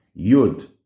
Yud